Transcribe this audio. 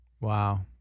Wow